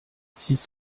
six